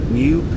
new